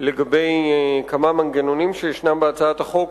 לגבי כמה מנגנונים שישנם בהצעת החוק,